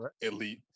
elite